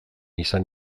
izan